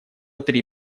три